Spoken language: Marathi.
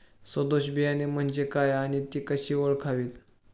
सदोष बियाणे म्हणजे काय आणि ती कशी ओळखावीत?